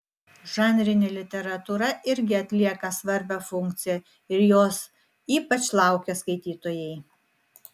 žanrinė literatūra irgi atlieka svarbią funkciją ir jos ypač laukia skaitytojai